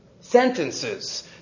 sentences